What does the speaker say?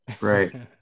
Right